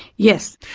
yes.